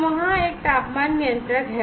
तो वहां एक तापमान नियंत्रक है